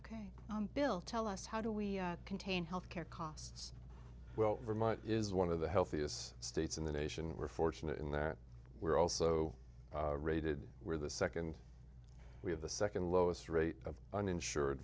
bill tell us how do we contain health care costs well vermont is one of the healthiest states in the nation we're fortunate in that we're also rated we're the second we have the second lowest rate of uninsured